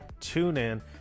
TuneIn